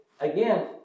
Again